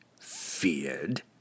Feared